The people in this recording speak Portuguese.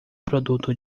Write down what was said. produto